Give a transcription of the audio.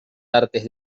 artes